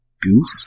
goof